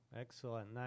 Excellent